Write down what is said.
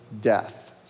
death